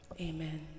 Amen